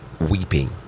weeping